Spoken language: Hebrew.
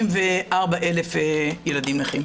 כ-74,000 ילדים נכים.